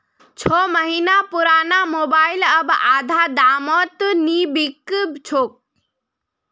छो महीना पुराना मोबाइल अब आधा दामत नी बिक छोक